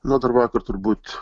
na dar vakar turbūt